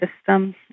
system